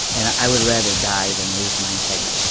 and i would rather die than lose my integrity